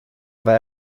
war